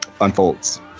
unfolds